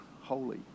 holy